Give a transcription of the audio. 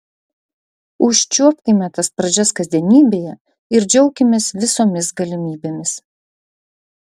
užčiuopkime tas pradžias kasdienybėje ir džiaukimės visomis galimybėmis